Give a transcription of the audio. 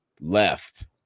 left